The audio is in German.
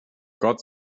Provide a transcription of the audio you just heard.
gott